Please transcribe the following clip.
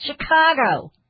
Chicago